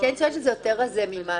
יותר רזה ממה